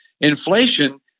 inflation